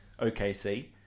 OKC